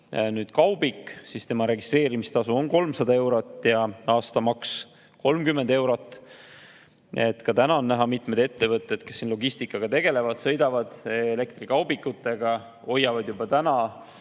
kaubiku registreerimistasu on 300 eurot ja aastamaks 30 eurot. Ka täna on näha, et mitmed ettevõtted, kes logistikaga tegelevad, sõidavad elektrikaubikutega, hoiavad juba nii